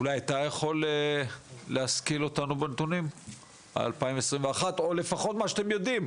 אולי אתה יכול להשכיל אותנו בנתונים על 2021 או לפחות מה שאתם יודעים,